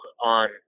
On